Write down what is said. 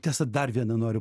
tiesa dar vieną noriu